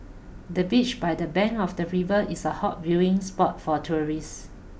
the beach by the bank of the river is a hot viewing spot for tourists